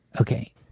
Okay